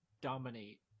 dominate